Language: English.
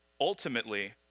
Ultimately